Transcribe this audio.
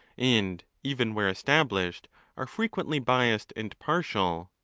and even where established are frequently biassed and partial,